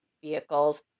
vehicles